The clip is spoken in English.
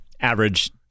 average